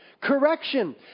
Correction